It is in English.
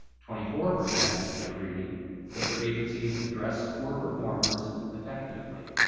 twenty four percent agree that their agencies address poor performers effectively.